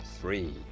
three